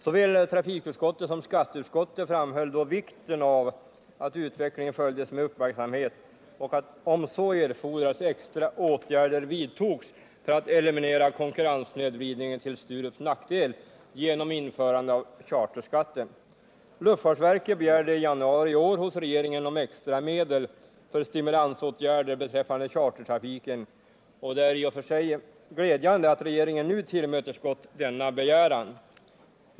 Såväl trafikutskottet som skatteutskottet framhöll då vikten av att utvecklingen följdes med uppmärksamhet och att, om så erfordrades, extra åtgärder vidtogs för att eliminera konkurrenssnedvridningen till Sturups nackdel på grund av införandet av charterskatten. Luftfartsverket begärde i januari i år hos regeringen extra medel för stimulansåtgärder beträffande chartertrafiken, och det är i och för sig glädjande att regeringen nu tillmötesgått denna begäran.